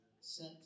Set